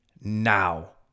now